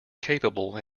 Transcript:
capable